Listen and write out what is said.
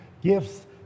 gifts